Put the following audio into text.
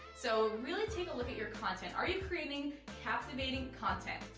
so really take a look at your content. are you creating captivating content?